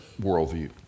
worldview